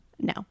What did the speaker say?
No